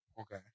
Okay